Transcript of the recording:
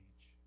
age